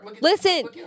listen